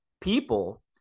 people